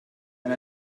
and